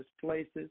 places